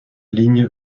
ligne